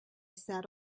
sat